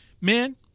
man